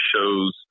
shows